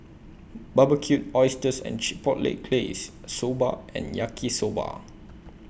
Barbecued Oysters and Chipotle Glaze Soba and Yaki Soba